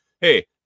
Hey